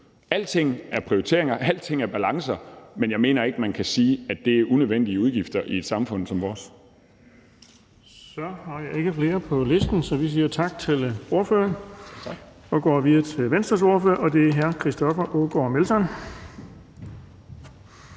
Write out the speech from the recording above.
Alting er prioriteringer, alting er balancer, men jeg mener ikke, man kan sige, at det er unødvendige udgifter i et samfund som vores.